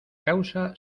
causa